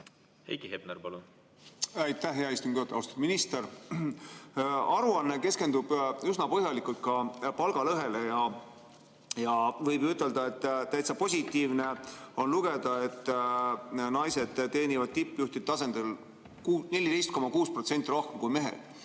Heiki Hepner, palun! Aitäh, hea istungi juhataja! Austatud minister! Aruanne keskendub üsna põhjalikult ka palgalõhele ja võib ütelda, et täitsa positiivne on lugeda, et naised teenivad tippjuhtide tasandil 14,6% rohkem kui mehed.